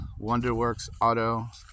Wonderworksauto